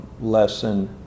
lesson